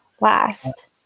last